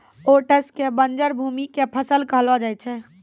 oats कॅ बंजर भूमि के फसल कहलो जाय छै